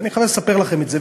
אני חייב לספר לכם את זה,